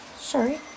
sorry